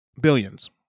billions